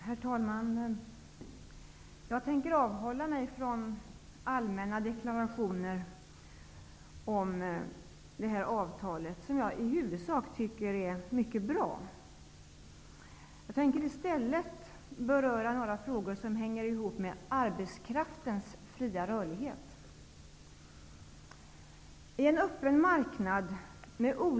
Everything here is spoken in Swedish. Herr talman! Jag tänker avhålla mig från allmänna deklarationer om avtalet, som jag i huvudsak tycker är mycket bra. Jag tänker i stället beröra några frågor som hänger ihop med arbetskraftens fria rörlighet.